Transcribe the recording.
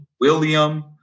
William